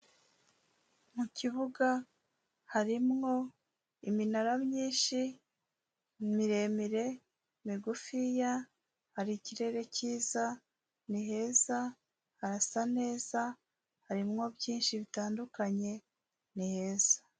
Mu kibuga harimwo iminara myinshi, imiremire, migufiya, hari ikirere cyiza, ni heza harasa neza, harimwo byinshi bitandukanye, ni heza.